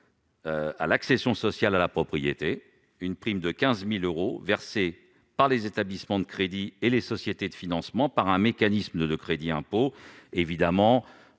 à l'accession sociale à la propriété, d'un montant de 15 000 euros, versée par les établissements de crédit et les sociétés de financement, un mécanisme de crédit d'impôt. Bien évidemment,